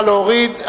נא להוריד.